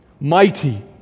Mighty